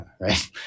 right